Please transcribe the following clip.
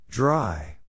Dry